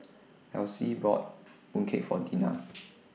Elyse bought Mooncake For Dinah